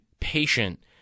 patient